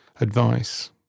advice